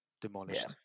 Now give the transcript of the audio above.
demolished